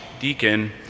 deacon